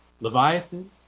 Leviathan